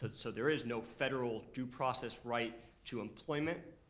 but so there is no federal due process right to employment,